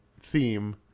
theme